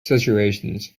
situations